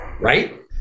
right